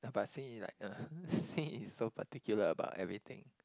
ya but Xin-Yi like uh Xin-Yi is so particular about everything